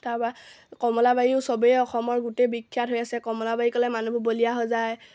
তাৰপৰা কমলাবাৰীও চবেই অসমৰ গোটেই বিখ্যাত হৈ আছে কমলাবাৰী ক'লে মানুহবোৰ বলিয়া হৈ যায়